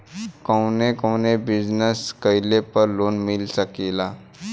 कवने कवने बिजनेस कइले पर लोन मिल सकेला?